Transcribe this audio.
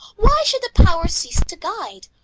why should the power cease to guide?